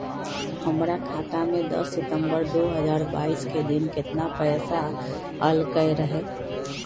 हमरा खाता में दस सितंबर दो हजार बाईस के दिन केतना पैसा अयलक रहे?